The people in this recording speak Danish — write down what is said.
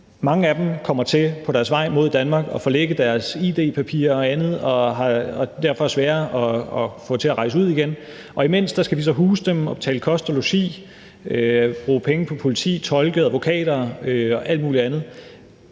mange af dem kommer på deres vej mod Danmark til at forlægge deres id-papirer og andet og er derfor sværere at få til at rejse ud igen, og imens skal vi så huse dem og betale kost og logi og bruge penge på politi, tolke, advokater og alt muligt andet.